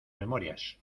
memorias